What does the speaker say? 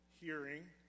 Hearing